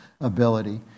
Ability